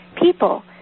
people